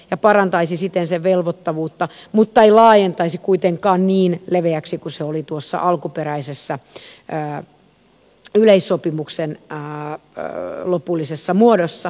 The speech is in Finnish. ja parantaisi siten sen velvoittavuutta mutta ei laajentaisi kuitenkaan niin leveäksi kuin se oli tuossa alkuperäisessä yleissopimuksen lopullisessa muodossa